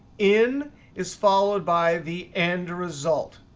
in is followed by the end result.